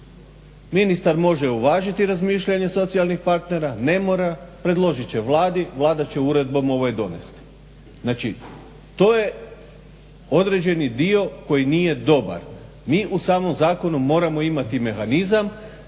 Ministar može uvažiti razmišljanje socijalnih partnera, ne mora. Predložit će Vladi, Vlada će uredbom donesti. Znači, to je određeni dio koji nije dobar. Mi u samom zakonu moramo imati mehanizam